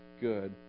good